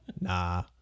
nah